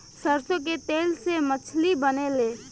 सरसों के तेल से मछली बनेले